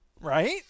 right